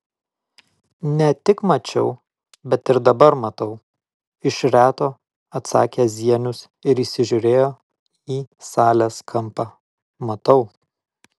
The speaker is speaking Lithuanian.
ne tik mačiau bet ir dabar matau iš reto atsakė zienius ir įsižiūrėjo į salės kampą matau